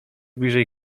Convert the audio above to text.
bliżej